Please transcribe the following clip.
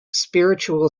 spiritual